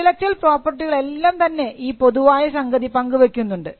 intellectual പ്രോപ്പർട്ടികൾ എല്ലാം തന്നെ ഈ പൊതുവായ സംഗതി പങ്കുവെയ്ക്കുന്നുണ്ട്